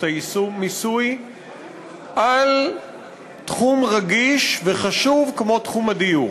המיסוי על תחום רגיש וחשוב כמו תחום הדיור.